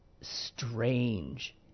strange